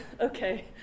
Okay